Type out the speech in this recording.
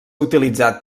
utilitzat